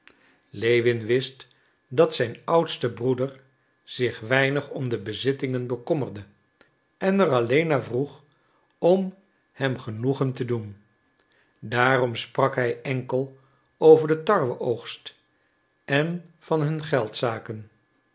lewin wist dat zijn oudste broeder zich weinig om de bezittingen bekommerde en er alleen naar vroeg om hem genoegen te doen daarom sprak hij enkel over den tarweoogst en van hun